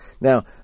Now